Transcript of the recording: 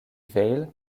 vale